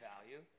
value